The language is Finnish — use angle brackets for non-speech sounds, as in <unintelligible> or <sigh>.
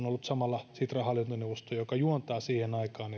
<unintelligible> ollut samalla sitran hallintoneuvosto mikä juontaa siihen aikaan <unintelligible>